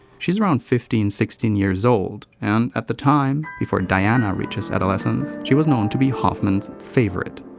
she's around fifteen sixteen years old and, at the time, before diana reaches adolescence, she was known to be hoffman's favorite.